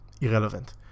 irrelevant